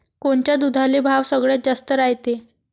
कोनच्या दुधाले भाव सगळ्यात जास्त रायते?